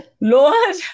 Lord